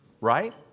right